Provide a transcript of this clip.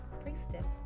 priestess